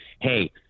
hey